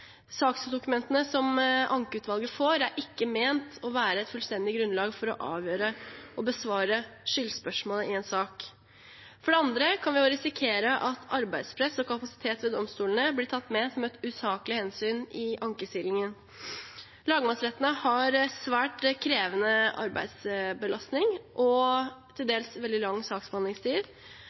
Saksdokumentene som ankeutvalget får, er ikke ment å være et fullstendig grunnlag for å avgjøre og besvare skyldspørsmålet i en sak. For det andre kan vi risikere at arbeidspress og kapasitet ved domstolene blir tatt med som et usaklig hensyn i ankesilingen. Lagmannsrettene har svært krevende arbeidsbelastning og til dels veldig lang saksbehandlingstid.